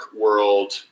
world